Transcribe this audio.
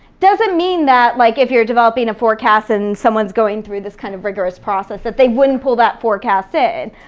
doesn't mean that like if you're developing a forecast and someone's going through this kind of rigorous process that they wouldn't pull that forecast in,